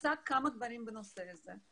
עשה כמה דברים בנושא הזה: